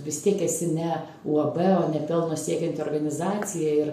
vis tiek esi ne uab o ne pelno siekianti organizacija ir